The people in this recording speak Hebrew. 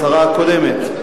השרה הקודמת.